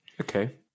Okay